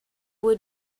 would